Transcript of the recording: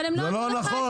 זה לא נכון,